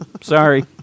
Sorry